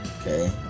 Okay